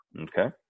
Okay